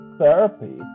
therapy